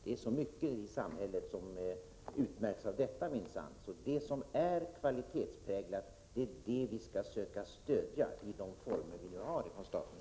Det är så mycket i samhället som utmärks av dålig kvalitet — det är därför vi skall försöka stödja det som är kvalitetspräglat, med de former av stöd vi har från staten.